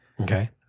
Okay